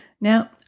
Now